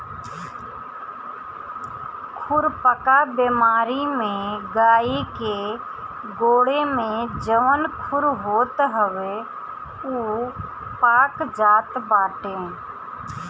खुरपका बेमारी में गाई के गोड़े में जवन खुर होत हवे उ पाक जात बाटे